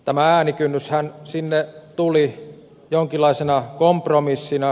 tämä äänikynnyshän sinne tuli jonkinlaisena kompromissina